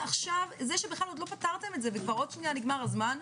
זה שבכלל עוד לא פתרתם את זה וכבר עוד שנייה נגמר הזמן,